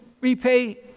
repay